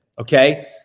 Okay